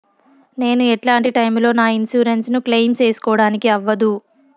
నేను ఎట్లాంటి టైములో నా ఇన్సూరెన్సు ను క్లెయిమ్ సేసుకోవడానికి అవ్వదు?